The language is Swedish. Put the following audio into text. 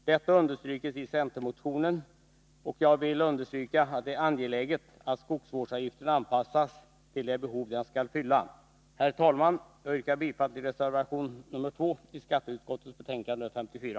Detta understryks i center motionen, och jag vill understryka att det är angeläget att skogsvårdsavgiften anpassas till det behov den skall fylla. Herr talman! Jag yrkar bifall till reservation nr 2 i skatteutskottets betänkande 54.